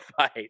fight